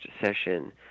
session